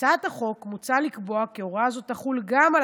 בהצעת החוק מוצע לקבוע כי הוראה זו תחול גם על